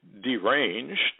deranged